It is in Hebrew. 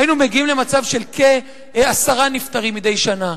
היינו מגיעים למצב של כעשרה נפטרים מדי שנה.